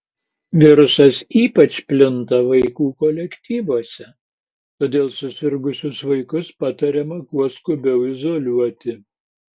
virusas ypač plinta vaikų kolektyvuose todėl susirgusius vaikus patariama kuo skubiau izoliuoti